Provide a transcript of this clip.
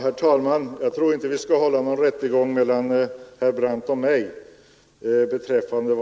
Herr talman! Jag tror inte att vi skall hålla någon rättegång mellan herr Brandt och mig i frågan